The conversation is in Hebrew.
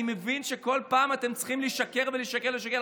אני מבין שכל פעם אתם צריכים לשקר ולשקר ולשקר,